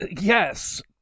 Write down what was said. Yes